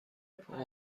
فوق